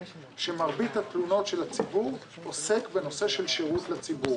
שמרבית התלונות של הציבור עוסק בנושא של שרות לציבור.